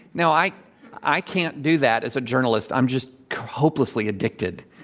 now, i i can't do that as a journalist. i'm just hopelessly addicted.